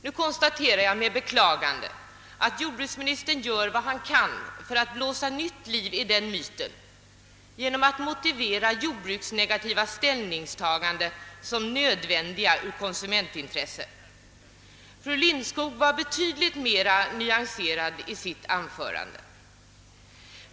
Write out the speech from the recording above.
Nu konstaterar jag med beklagande att jordbruksministern gör vad han kan för att blåsa nytt liv i den myten genom att motivera jordbruksnegativa ställningstaganden som nödvändiga ur konsumentsynpunkt. Fru Lindskog var betydligt mer nyanserad i sitt anförande.